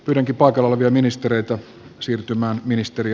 principal calvia ministereitä siirtymään ministeri